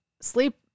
Sleep